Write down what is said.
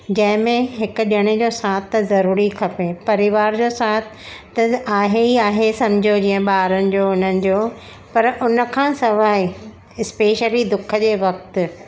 जंहिंमें हिकु ॼणे जो साथ त ज़रूरी खपे परिवार जो साथ त आहे ई आहे समुझियो जीअं ॿारनि जो हुननि जो पर उनखां सवाइ स्पेशली दुख जे वक़्ति